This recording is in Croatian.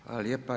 Hvala lijepa.